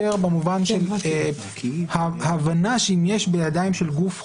במובן שההבנה שאם יש בידיים של גוף חוקר,